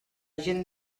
gent